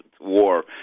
war